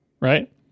right